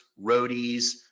roadies